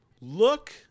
Look